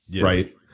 right